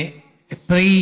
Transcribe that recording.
פרי